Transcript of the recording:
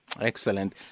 Excellent